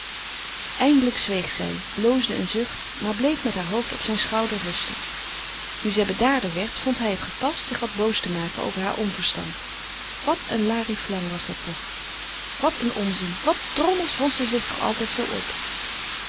eindelijk zweeg zij loosde een zucht maar bleef met haar hoofd op zijn schouder rusten nu zij bedaarder werd vond hij het gepast zich wat boos te maken over haar onverstand wat een lariflang was dat toch wat een onzin wat drommels wond ze zich toch altijd zoo op